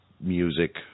music